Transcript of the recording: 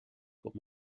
pour